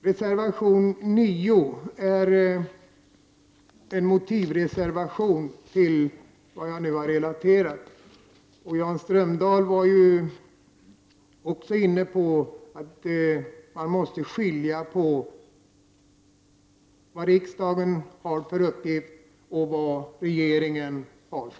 Reservation 9 innehåller motiv för den reservation jag nu relaterade. Jan Strömdahl var också inne på att man måste skilja på vilka uppgifter riksdagen resp. regeringen har.